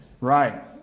Right